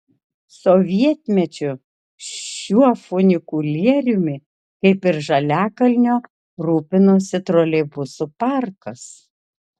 sovietmečiu šiuo funikulieriumi kaip ir žaliakalnio rūpinosi troleibusų parkas